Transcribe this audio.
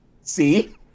See